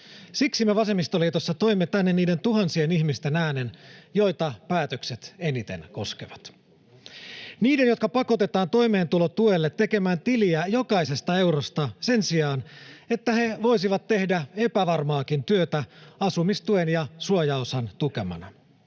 Siksi me vasemmistoliitossa toimme tänne niiden tuhansien ihmisten äänen, joita päätökset eniten koskevat: Niiden, jotka pakotetaan toimeentulotuelle tekemään tiliä jokaisesta eurosta sen sijaan, että he voisivat tehdä epävarmaakin työtä asumistuen ja suojaosan tukemana.